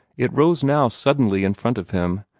it rose now suddenly in front of him,